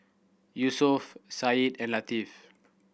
Yusuf Said and Latif